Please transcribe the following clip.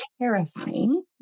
terrifying